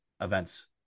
events